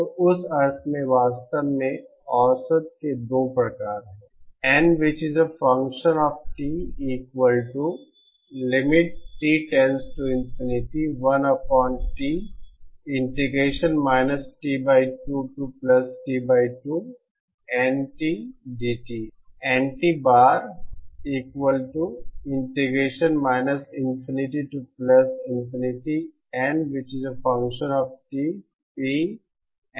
तो उस अर्थ में वास्तव में औसत के 2 प्रकार हैं